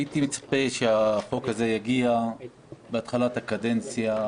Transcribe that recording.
הייתי מצפה שהחוק הזה יגיע בתחילת הקדנציה,